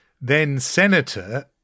then-Senator